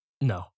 No